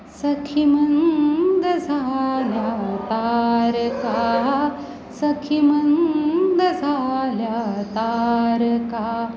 सखी मंद झाल्या तारका सखी मंद झाल्या तारका